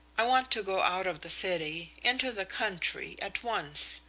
i want to go out of the city into the country, at once,